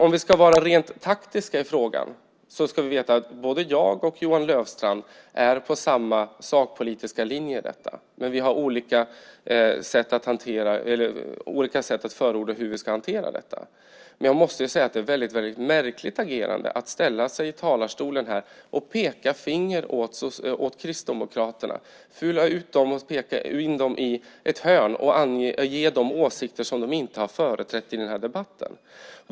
Om vi ska vara rent taktiska i frågan är jag och Johan Löfstrand på samma sakpolitiska linje i detta, men vi har olika sätt att förorda hur vi ska hantera det. Jag måste säga att det är ett väldigt märkligt agerande att ställa sig i talarstolen här och peka finger åt Kristdemokraterna, att peta in dem i ett hörn och ge dem åsikter som de inte har företrätt i den här debatten.